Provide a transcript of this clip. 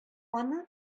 аны